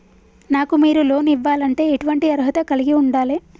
నాకు మీరు లోన్ ఇవ్వాలంటే ఎటువంటి అర్హత కలిగి వుండాలే?